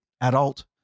adult